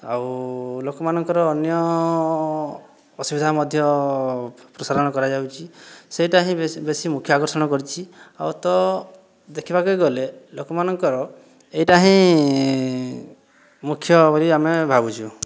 ଆଉ ଲୋକମାନଙ୍କର ଅନ୍ୟ ଅସୁବିଧା ମଧ୍ୟ ପ୍ରସାରଣ କରାଯାଉଛି ସେଇଟା ହିଁ ବେଶି ବେଶି ମୁଖ୍ୟ ଆକର୍ଷଣ କରିଛି ଆଉ ତ ଦେଖିବାକୁ ଗଲେ ଲୋକମାନଙ୍କର ଏଇଟା ହିଁ ମୁଖ୍ୟ ବୋଲି ଆମେ ଭାବୁଚୁ